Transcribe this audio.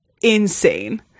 Insane